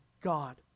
God